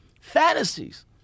Fantasies